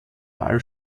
wahl